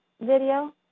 video